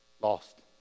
Lost